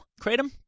Kratom